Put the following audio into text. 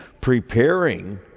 preparing